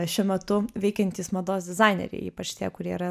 šiuo metu veikiantys mados dizaineriai ypač tie kurie yra